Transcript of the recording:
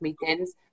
meetings